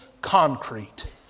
concrete